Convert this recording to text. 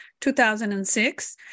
2006